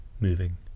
moving